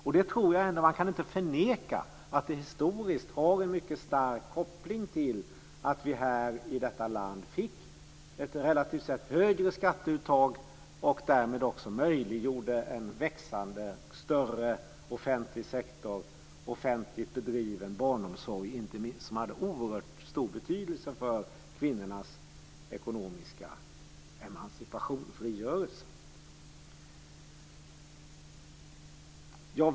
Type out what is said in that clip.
Man kan ändå inte förneka att det historiskt har en mycket stark koppling till att vi här i detta land fick ett relativt sett högre skatteuttag och därmed också möjliggjorde en växande större offentlig sektor och en offentligt bedriven barnomsorg som hade oerhört stor betydelse för kvinnornas ekonomiska emancipation, frigörelse.